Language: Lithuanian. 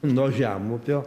nuo žemupio